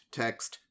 text